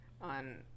on